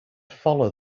follow